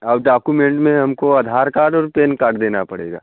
और डाकूमेंट में हमको आधार कार्ड और पेन कार्ड देना पड़ेगा